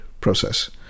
process